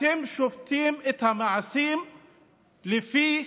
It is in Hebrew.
אתם שופטים את המעשים לפי